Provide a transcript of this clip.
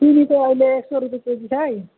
सिमीको अहिले एक सय रुपियाँ केजी छ है